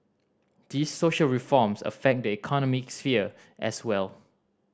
these social reforms affect the economic sphere as well